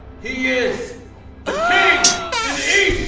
he is the king in the